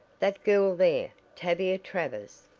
that girl there, tavia travers!